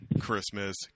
Christmas